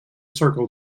circle